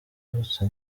bavutse